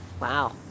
Wow